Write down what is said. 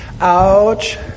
Ouch